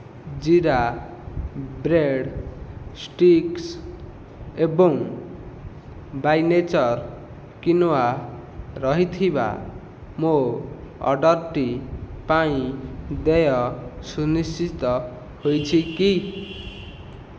ଜିରା bread sticks ଏବଂ by nature quinoa ରହିଥିବା ମୋ ଅର୍ଡ଼ର୍ଟି ପାଇଁ ଦେୟ ସୁନିଶ୍ଚିତ ହୋଇଛି କି